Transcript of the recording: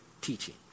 teaching